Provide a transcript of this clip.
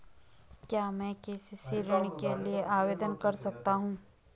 क्या मैं के.सी.सी ऋण के लिए आवेदन कर सकता हूँ?